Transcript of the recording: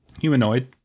Humanoid